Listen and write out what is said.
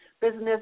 business